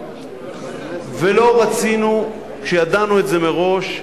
ולא רצינו, כשידענו על זה מראש,